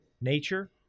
nature